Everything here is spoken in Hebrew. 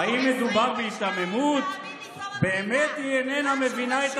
22 פעמים מקום המדינה, מה